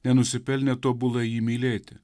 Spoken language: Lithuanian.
nenusipelnę tobulai jį mylėti